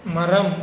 மரம்